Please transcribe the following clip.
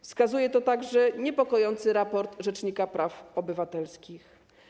Wskazuje to także niepokojący raport rzecznika praw obywatelskich.